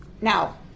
Now